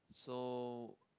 so